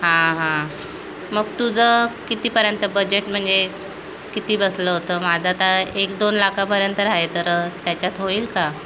हां हां मग तुझं कितीपर्यंत बजेट म्हणजे किती बसलं होतं माझं आता एक दोन लाखापर्यंत तर आहे तर त्याच्यात होईल का